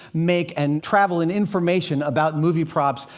make and travel in information about movie props.